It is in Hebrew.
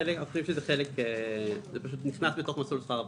זה פשוט נכנס בתוך מסלול שכר עבודה.